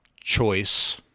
choice